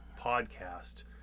podcast